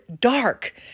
dark